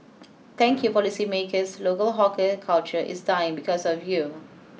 thank you policymakers local hawker culture is dying because of you